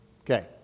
Okay